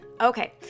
Okay